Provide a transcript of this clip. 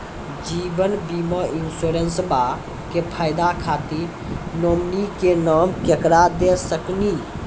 जीवन बीमा इंश्योरेंसबा के फायदा खातिर नोमिनी के नाम केकरा दे सकिनी?